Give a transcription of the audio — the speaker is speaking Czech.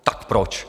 Tak proč?